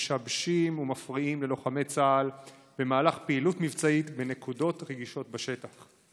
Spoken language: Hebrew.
משבשים ומפריעים ללוחמי צה"ל במהלך פעילות מבצעית בנקודות רגישות בשטח.